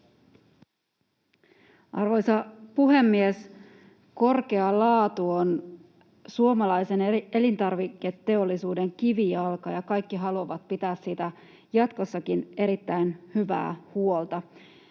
Arvoisa puhemies! Korkea laatu on suomalaisen elintarviketeollisuuden kivijalka, ja kaikki haluavat pitää siitä jatkossakin erittäin hyvää huolta.